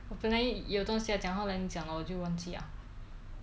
我本来有东西要讲后来你讲我就忘记 liao